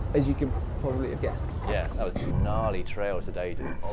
as you can probably have guessed. yeah, that was gnarly trail today, dude. oh